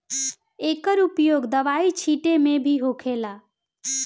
एकर उपयोग दवाई छींटे मे भी होखेला